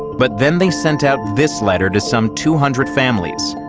but then they sent out this letter to some two hundred families,